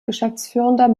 geschäftsführender